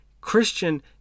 Christian